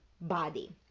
body